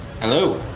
Hello